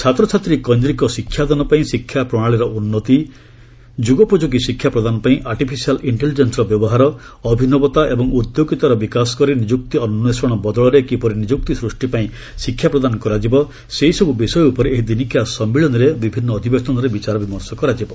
ଛାତ୍ରଛାତ୍ରୀକେନ୍ଦିକ ଶିକ୍ଷାଦାନପାଇଁ ଶିକ୍ଷା ପ୍ରଣାଳୀର ଉନ୍ନତି ଯୁଗୋପଯୋଗୀ ଶିକ୍ଷା ପ୍ରଦାନପାଇଁ ଆର୍ଟିଫିସିଆଲ୍ ଇକ୍ଷେଲିଜେନ୍ସ୍ର ବ୍ୟବହାର ଅଭିନବତା ଏବଂ ଉଣେଦ୍ୟାଗିତାର ବିକାଶ କରି ନିଯୁକ୍ତି ଅନ୍ୱେଷଣ ବଦଳରେ କିପରି ନିଯୁକ୍ତି ସ୍କୃଷ୍ଟିପାଇଁ ଶିକ୍ଷା ପ୍ରଦାନ କରାଯିବ ସେହିସବ୍ ବିଷୟ ଉପରେ ଏହି ଦିନିକିଆ ସମ୍ମିଳନୀର ବିଭିନ୍ନ ଅଧିବେଶନରେ ବିଚାର ବିମର୍ଷ କରାଯିବ